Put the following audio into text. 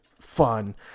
fun